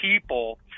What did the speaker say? people